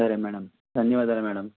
సరే మేడం ధన్యవాదాలు మేడం